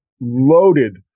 loaded